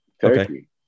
Turkey